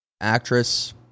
actress